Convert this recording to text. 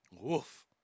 Woof